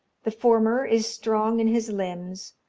the former is strong in his limbs,